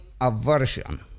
aversion